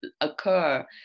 occur